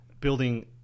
building